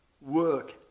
work